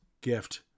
gift